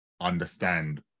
understand